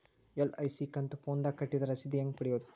LIC ಕಂತು ಫೋನದಾಗ ಕಟ್ಟಿದ್ರ ರಶೇದಿ ಹೆಂಗ್ ಪಡೆಯೋದು?